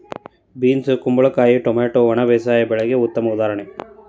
beans ಕುಂಬಳಕಾಯಿ tomato ಒಣ ಬೇಸಾಯ ಬೆಳೆಗೆ ಉತ್ತಮ ಉದಾಹರಣೆ